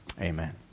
Amen